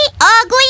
ugly